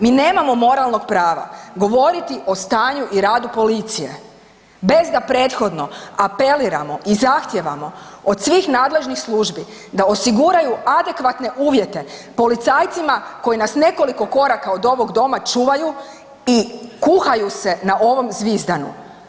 Mi nemamo moralnog prava govoriti o stanju i radu policije bez da prethodno apeliramo i zahtijevamo od svih nadležnih službi da osiguraju adekvatne uvjete policajcima koji nas nekoliko koraka od ovog doma čuvaju i kuhaju se na ovom zvizdanu.